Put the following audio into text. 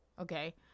okay